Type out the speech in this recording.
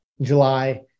July